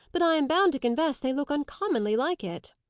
but i am bound to confess they look uncommonly like it.